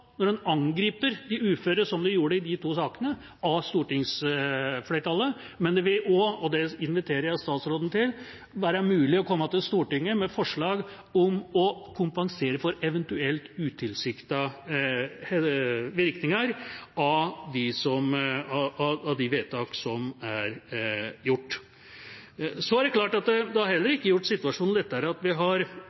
når den angriper de uføre, som den gjorde i disse to sakene. Men det vil også – og det inviterer jeg statsråden til – være mulig å komme til Stortinget med forslag om å kompensere for eventuelle utilsiktede virkninger av de vedtak som er gjort. Så er det klart at det heller ikke har gjort situasjonen lettere at vi i tillegg til å diskutere levealdersjustering har